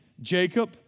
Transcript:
Jacob